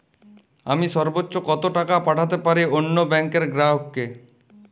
আমি সর্বোচ্চ কতো টাকা পাঠাতে পারি অন্য ব্যাংক র গ্রাহক কে?